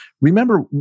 remember